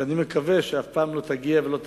שאני מקווה שאף פעם לא תגיע ולא תבוא.